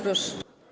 Proszę.